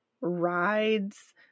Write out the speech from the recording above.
rides